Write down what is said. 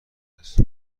است